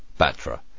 Batra